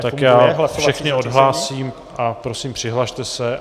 Tak já vás všechny odhlásím a prosím, přihlaste se.